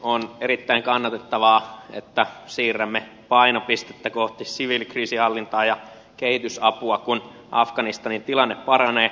on erittäin kannatettavaa että siirrämme painopistettä kohti siviilikriisinhallintaa ja kehitysapua kun afganistanin tilanne paranee